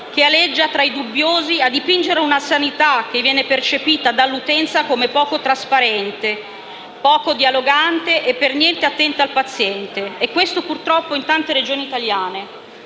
che aleggia tra i dubbiosi a dipingere una sanità che viene percepita dall'utenza come poco trasparente, poco dialogante e per niente attenta al paziente e questo purtroppo avviene in tante Regioni italiane.